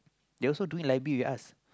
they also doing library with us